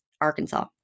Arkansas